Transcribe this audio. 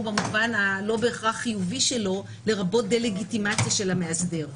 במובן הלא בהכרח חיובי שלנו לרבות דה לגיטימציה של המאסדר.